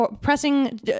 Pressing